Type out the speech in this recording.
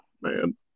man